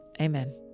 Amen